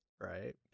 right